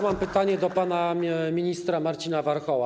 Mam pytanie do pana ministra Marcina Warchoła.